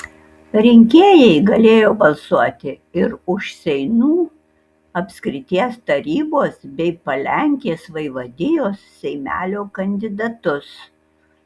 rinkėjai galėjo balsuoti ir už seinų apskrities tarybos bei palenkės vaivadijos seimelio kandidatus